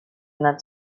not